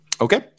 Okay